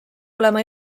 olema